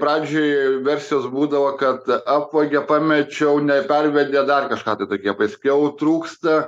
pradžioj versijos būdavo kad apvogė pamečiau nepervedė dar kažką tai tokie paskiau trūksta